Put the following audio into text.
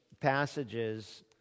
passages